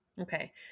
Okay